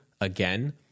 again